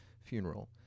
funeral